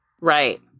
Right